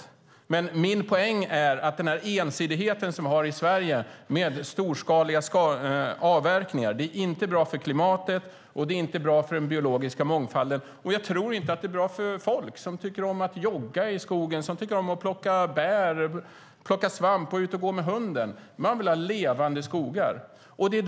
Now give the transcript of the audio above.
Min poäng är att den ensidighet vi har i Sverige med storskaliga avverkningar inte är bra för klimatet, och det är inte bra för den biologiska mångfalden. Jag tror inte att det är bra för folk som tycker om att jogga i skogen, som tycker om att plocka bär och svamp och gå ut med hunden. Man vill ha levande skogar.